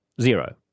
zero